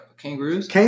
Kangaroos